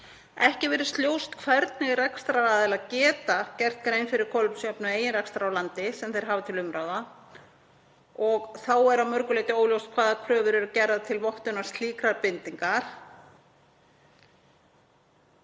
Ekki virðist ljóst hvernig rekstraraðilar geta gert grein fyrir kolefnisjöfnun eigin rekstrar á landi sem þeir hafa til umráða. Þá er að mörgu leyti óljóst hvaða kröfur eru gerðar til vottunar slíkrar bindingar.